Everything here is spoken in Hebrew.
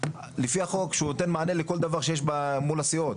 לפי החוק שהוא נותן מענה לכל דבר שיש במול הסיעות,